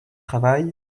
travail